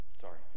sorry